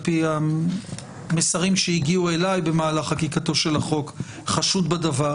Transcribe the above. על פי המסרים שהגיעו אליי במהלך חקיקתו של החוק חשוד בדבר,